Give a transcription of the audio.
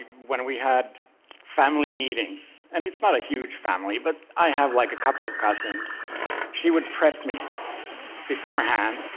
when we had family meetings and it's not a huge family, but i have, like, a couple of cousins she would prep me beforehand.